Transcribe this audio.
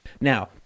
Now